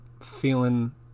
feeling